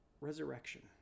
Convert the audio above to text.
Resurrection